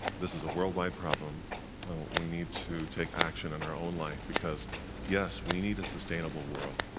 this is a worldwide problem we need to take action in our own life because yes, we need a sustainable world,